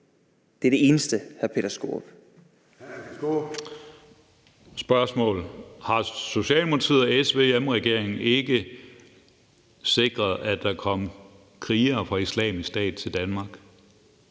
Peter Skaarup (DD): Jeg har nogle spørgsmål: Har Socialdemokratiet og SVM-regeringen ikke sikret, at der kom krigere fra Islamisk Stat til Danmark?